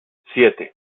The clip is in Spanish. siete